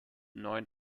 neuen